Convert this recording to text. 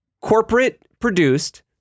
corporate-produced